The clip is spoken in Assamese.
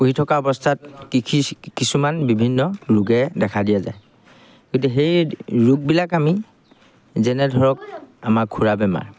পুহি থকা অৱস্থাত কৃষি কিছুমান বিভিন্ন ৰোগে দেখা দিয়া যায় গতিকে সেই ৰোগবিলাক আমি যেনে ধৰক আমাৰ খুৰা বেমাৰ